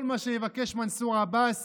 כל מה שיבקש מנסור עבאס